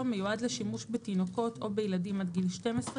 מיועד לשימוש בתינוקות או בילדים עד גיל 12,